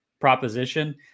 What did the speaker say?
proposition